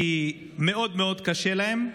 כי מאוד מאוד קשה להם.